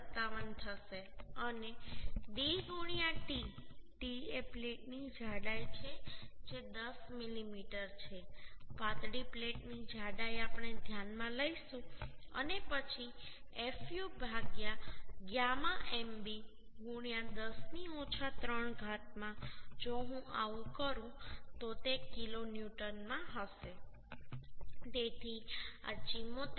57 થશે અને d t t એ પ્લેટની જાડાઈ છે જે 10 મીમી છે પાતળી પ્લેટની જાડાઈ આપણે ધ્યાનમાં લઈશું અને પછી fu γ mb 10 ની ઓછા 3 ઘાત માં જો હું આવું કરું તો તે કિલોન્યુટનમાં હશે તેથી આ 74